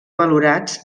valorats